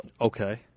Okay